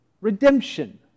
Redemption